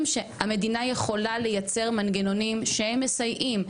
שהמדינה יכולה לייצר מנגנונים שהם מסייעים.